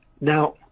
Now